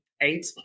eight